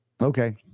Okay